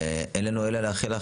אין לנו אלא לאחל לך,